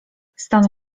stan